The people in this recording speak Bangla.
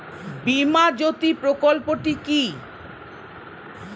বীমা জ্যোতি প্রকল্পটি কি?